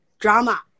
drama